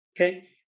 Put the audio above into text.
Okay